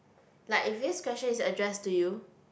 like if this question is addressed to you